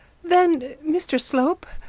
then, mr slope,